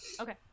Okay